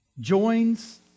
joins